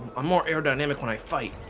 i'm more aerodynamic when i fight